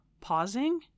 pausing